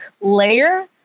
layer